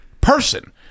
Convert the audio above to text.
person